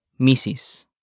Mrs